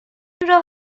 راه